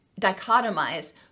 dichotomize